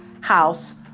house